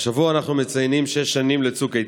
השבוע אנחנו מציינים שש שנים לצוק איתן.